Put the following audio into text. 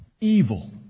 Evil